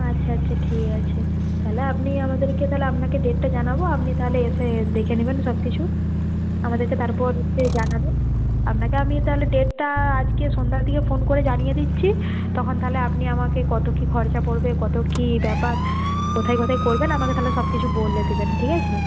আচ্ছা আচ্ছা ঠিক আছে তাহলে আপনি আমাদেরকে তাহলে আপনাকে ডেটটা জানাব আপনি তাহলে এসে দেখে নেবেন সব কিছু আমাদেরকে তারপর হচ্ছে জানাবেন আপনাকে আমি তাহলে ডেটটা আজকে সন্ধ্যার দিকে ফোন করে জানিয়ে দিচ্ছি তখন তাহলে আপনি আমাকে কত কী খরচা পড়বে কত কী ব্যাপার কোথায় কোথায় করবেন আমাকে তাহলে সব কিছু বলে দেবেন ঠিক আছে